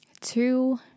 Two